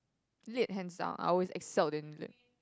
lit hands down I always excelled in lit